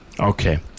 Okay